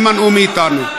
יימנעו מאתנו.